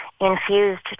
infused